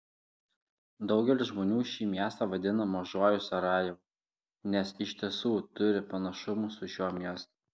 daugelis žmonių šį miestą vadina mažuoju sarajevu nes iš tiesų turi panašumų su šiuo miestu